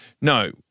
no